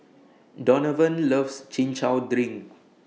Donavan loves Chin Chow Drink